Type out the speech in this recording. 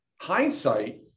Hindsight